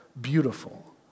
beautiful